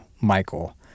Michael